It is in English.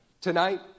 Tonight